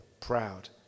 proud